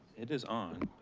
it is on.